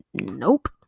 nope